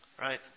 right